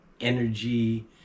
energy